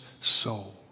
soul